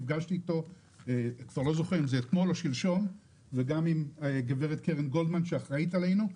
ונפגשתי איתו אתמול או שלשום וגם עם גברת קרן גולדמן שאחראית עלינו,